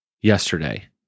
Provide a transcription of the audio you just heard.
yesterday